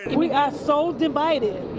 we are so divided,